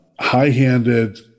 high-handed